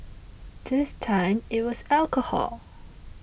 this time it was alcohol